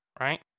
right